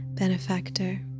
Benefactor